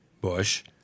bush